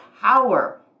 power